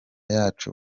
yacu